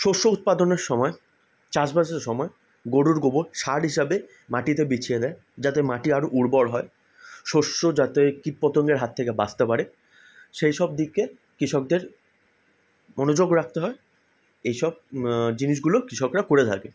শস্য উৎপাদনের সময় চাষবাসের সময় গরুর গোবর সার হিসাবে মাটিতে বিছিয়ে দেয় যাতে মাটি আরো উর্বর হয় শস্য যাতে কীট পতঙ্গের হাত থেকে বাঁচতে পারে সেই সব দিকে কৃষকদের মনোযোগ রাখতে হয় এই সব জিনিসগুলো কৃষকরা করে থাকে